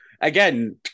again